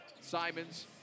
Simons